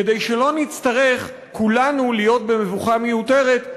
כדי שלא נצטרך כולנו להיות במבוכה מיותרת,